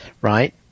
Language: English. Right